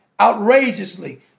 outrageously